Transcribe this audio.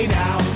now